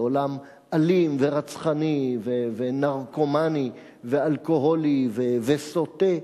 לעולם אלים ורצחני ונרקומני ואלכוהולי וסוטה.